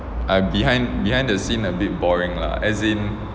I'm behind behind the scene a bit boring lah as in